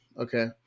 Okay